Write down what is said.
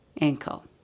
ankle